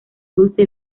dulce